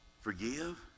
forgive